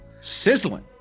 sizzling